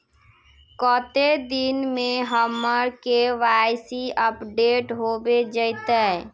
कते दिन में हमर के.वाई.सी अपडेट होबे जयते?